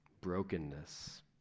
brokenness